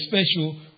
special